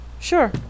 Sure